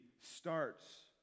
starts